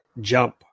Jump